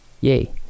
yay